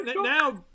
now